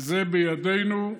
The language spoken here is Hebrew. וזה בידינו,